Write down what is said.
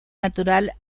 natural